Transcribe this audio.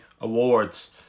awards